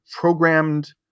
programmed